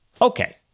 okay